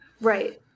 right